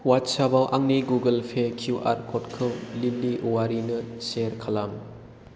अवाट्सापाव आंनि Google Pay QR क'डखौ लिलि औवारिनो सेयार खालाम